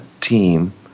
team